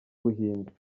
buhinde